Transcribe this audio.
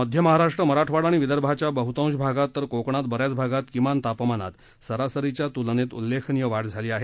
मध्य महाराष्ट्र मराठवाडा आणि विदर्भाच्या बहतांश भागात तर कोकणात बऱ्याच भागात किमान तापमानात सरासरीच्या त्लनेत उल्लेखनीय वाढ झाली आहे